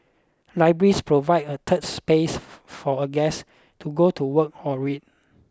libraries provide a third space for a guest to go to work or read